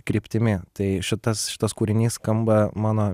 kryptimi tai šitas šitas kūrinys skamba mano